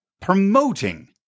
promoting